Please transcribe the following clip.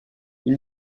une